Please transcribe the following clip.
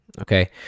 Okay